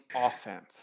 offense